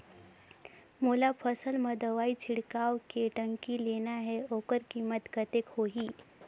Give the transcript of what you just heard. मोला फसल मां दवाई छिड़काव के टंकी लेना हे ओकर कीमत कतेक होही?